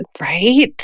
Right